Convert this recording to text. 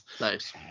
Nice